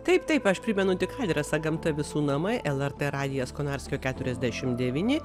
taip taip aš primenu tik adresą gamta visų namai lrt radijas konarskio keturiasdešim devyni